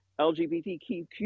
lgbtq